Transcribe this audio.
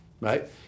right